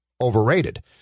Overrated